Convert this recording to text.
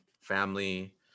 family